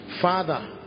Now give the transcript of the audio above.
Father